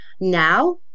now